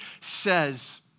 says